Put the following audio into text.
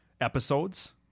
episodes